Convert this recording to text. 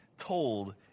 Told